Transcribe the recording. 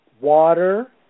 water